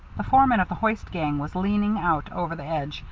the foreman of the hoist gang was leaning out over the edge,